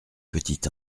petit